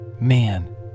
Man